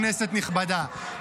כנסת נכבדה,